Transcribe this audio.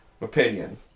Opinion